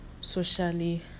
socially